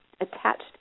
attached